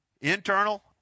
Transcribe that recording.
Internal